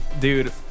Dude